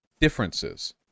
differences